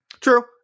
True